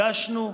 הגשנו,